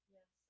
Yes